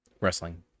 Wrestling